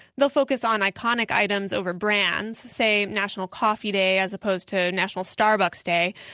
they'll focus on iconic items over brands say, national coffee day as opposed to national starbucks day.